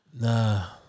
Nah